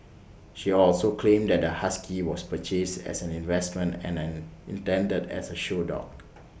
she also claimed that the husky was purchased as an investment and intended as A show dog